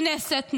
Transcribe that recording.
כנסת נכבדה,